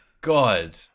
God